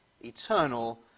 eternal